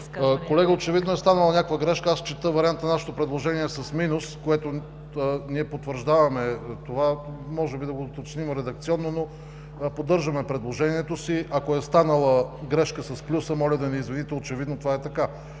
Колега, очевидно е станала някаква грешка. Аз чета вариант на нашето предложение с минус – ние потвърждаваме това. Може би да го уточним редакционно, но поддържаме предложението си. Ако е станала грешка с плюса, моля да ни извините – очевидно това е така.